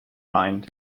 lined